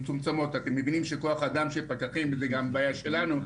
המצומצמות אתם מבינים שכוח אדם של פקחים זה גם בעיה שלנו,